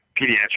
pediatric